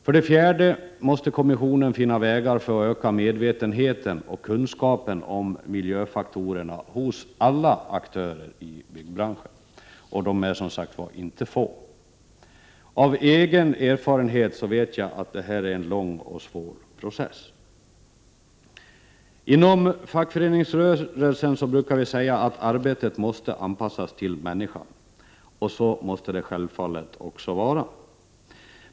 För det fjärde måste kommissionen finna vägar för att öka medvetenheten och kunskapen om miljöfaktorerna hos alla aktörer i byggbranschen, och de är som sagt inte få. Av egen erfarenhet vet jag att detta är en lång och svår process. Inom fackföreningsrörelsen brukar vi säga att arbetet måste anpassas till människan, och så måste det självfallet också vara.